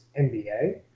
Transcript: NBA